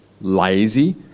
lazy